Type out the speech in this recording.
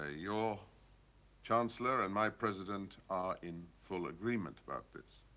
ah your chancellor and my president are in full agreement about this.